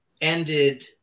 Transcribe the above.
ended